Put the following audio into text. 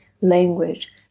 language